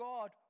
God